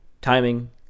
timing